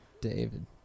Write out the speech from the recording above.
David